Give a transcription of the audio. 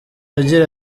agira